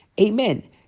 Amen